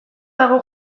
dago